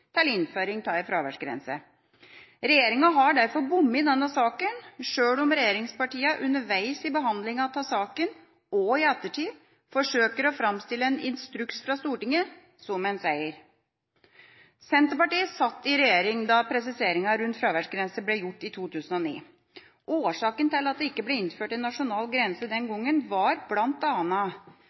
til innføring av en fraværsgrense. Regjeringa har derfor bommet i denne saken, sjøl om regjeringspartiene underveis i behandlingen av saken og i ettertid forsøker å framstille en instruks fra Stortinget som en seier. Senterpartiet satt i regjering da presiseringen rundt fraværsgrense ble gjort i 2009. Årsaken til at det ikke ble innført en nasjonal grense den gangen, var